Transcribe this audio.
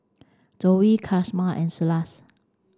Zoa Casimer and Silas